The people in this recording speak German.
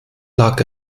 lag